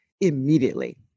immediately